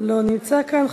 לא נמצא כאן.